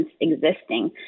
existing